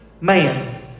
man